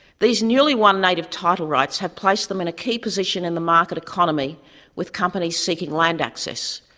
these newly won native title rights have placed them in a key position in the market economy with companies seeking land access.